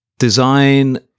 Design